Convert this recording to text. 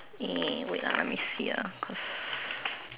eh wait ah let me see ah cause